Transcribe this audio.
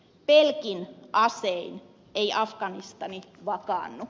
pelkin asein ei afganistan vakaannu